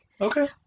Okay